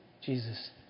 Jesus